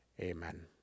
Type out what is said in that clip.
Amen